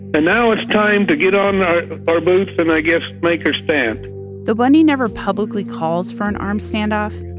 but now it's time to get on our boots and i guess make make our stand though bundy never publicly calls for an armed standoff,